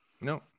No